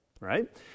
right